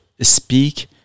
Speak